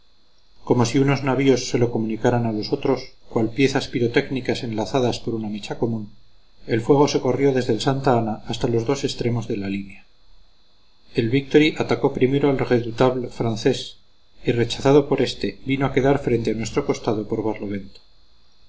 como si unos navíos se lo comunicaran a los otros cual piezas pirotécnicas enlazadas por una mecha común el fuego se corrió desde el santa ana hasta los dos extremos de la línea el victory atacó primero al redoutable francés y rechazado por este vino a quedar frente a nuestro costado por barlovento